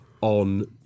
on